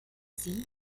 sie